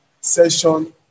session